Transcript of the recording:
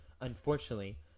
Unfortunately